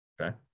Okay